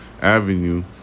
Avenue